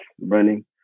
running